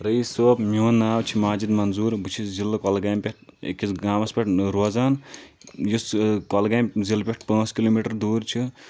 رعیٖس صوب میون ناو چھُ ماجِد منظوٗر بہٕ چھُس ضِلعہٕ کۄلگامِہ پٮ۪ٹھ أکِس گامَس پٮ۪ٹھ روزان یُس کۄلگامِہ ضِلعہٕ پٮ۪ٹھ پانٛژھ کِلومیٖٹر دوٗر چھُ